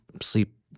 sleep